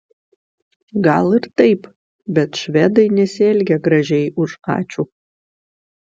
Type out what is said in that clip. gal ir taip bet švedai nesielgia gražiai už ačiū